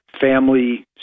family